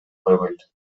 койбойт